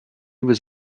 was